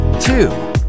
two